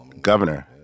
governor